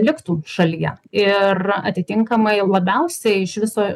liktų šalyje ir atitinkamai labiausiai iš viso